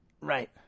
Right